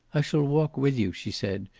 i shall walk with you, she said,